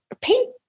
paint